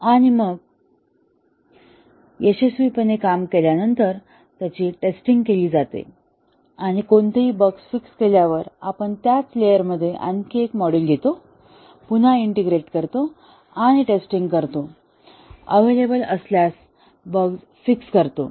आणि मग यशस्वीपणे काम केल्यानंतर त्यांची टेस्टिंग केली जाते आणि कोणतेही बग फिक्स केल्यावर आपण त्याच लेयरमध्ये आणखी एक मॉड्यूल घेतो पुन्हा इंटिग्रेट करतो आणि टेस्टिंग करतो अव्हेलेबल असलेल्या बग्स फिक्स करतो